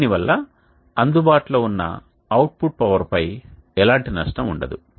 దీని వల్ల అందుబాటులో ఉన్న అవుట్పుట్ పవర్పై ఎలాంటి నష్టం ఉండదు